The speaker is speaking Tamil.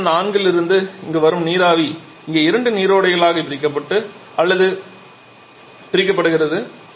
புள்ளி எண் 4 இலிருந்து இங்கு வரும் நீராவி இங்கே இரண்டு நீரோடைகளாக பிரிக்கப்பட்டு அல்லது பிரிக்கப்படுகிறது